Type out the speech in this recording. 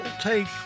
take